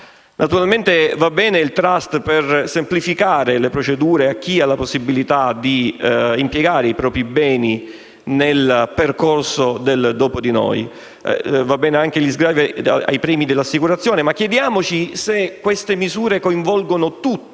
necessità. Va bene il *trust* per semplificare le procedure a chi ha la possibilità di impiegare i propri beni nel percorso "dopo di noi". Vanno bene anche gli sgravi ai premi dell'assicurazione, ma chiediamoci se queste misure coinvolgono tutti